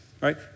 right